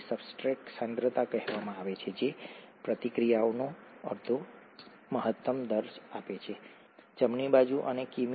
ને સબસ્ટ્રેટ સાંદ્રતા કહેવામાં આવે છે જે પ્રતિક્રિયાનો અડધો મહત્તમ દર આપે છે જમણી બાજુ અને કિ